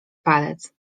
palec